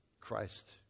Christ